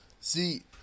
See